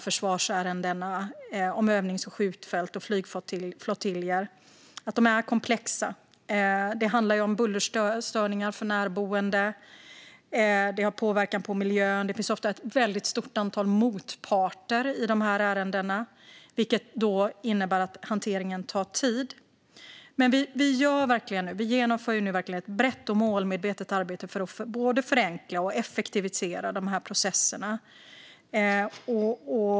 Försvarsärenden om övnings och skjutfält och flygflottiljer är dock komplexa. Det handlar om bullerstörning för närboende och miljöpåverkan, och det finns ofta ett stort antal motparter i dessa ärenden, vilket innebär att hanteringen tar tid. Men vi genomför nu ett brett och målmedvetet arbete för att både förenkla och effektivisera dessa processer.